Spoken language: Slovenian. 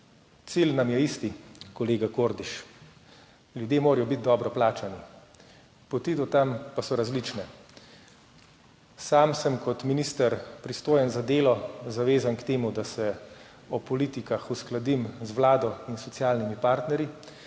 Cilj imamo isti, kolega Kordiš, ljudje morajo biti dobro plačani, poti do tja pa so različne. Sam sem kot minister, pristojen za delo, zavezan k temu, da se o politikah uskladim z vlado in socialnimi partnerji.